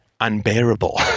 unbearable